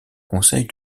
conseil